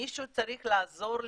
מישהו צריך לעזור לי,